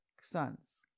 sons